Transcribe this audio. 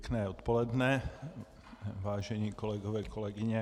Pěkné odpoledne, vážení kolegové, kolegyně.